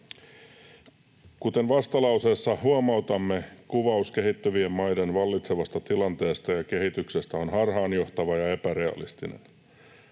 Kuten vastalauseessa huomautamme, kuvaus kehittyvien maiden vallitsevasta tilanteesta ja kehityksestä on harhaanjohtava ja epärealistinen.